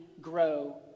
grow